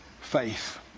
faith